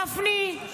תודה, אדוני.